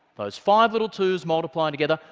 those five little twos multiplied together.